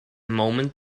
moment